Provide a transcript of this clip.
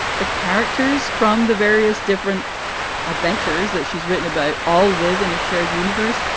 the characters from the various different adventures that she's written about all live in a shared universe.